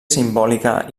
simbòlica